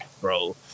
bro